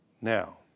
Now